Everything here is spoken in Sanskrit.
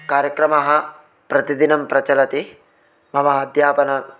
कार्यक्रमाः प्रतिदिनं प्रचलन्ति मम अध्यापने